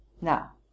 Now